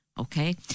Okay